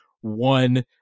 one-